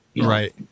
Right